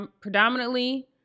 predominantly